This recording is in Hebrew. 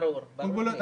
כדי שיהיה ברור.